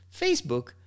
Facebook